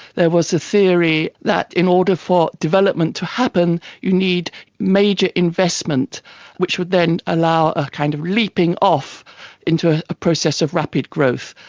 there was a theory that in order for development to happen you need major investment which would then allow a kind of leaping off into ah a process of rapid growth.